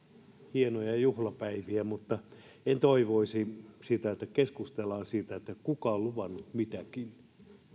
hienoja juhlapäiviä mutta en toivoisi sitä että keskustellaan siitä kuka on luvannut mitäkin